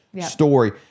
story